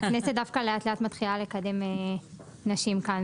הייתי דווקא אומרת שהכנסת דווקא לאט לאט מתחילה לקדם נשים כאן,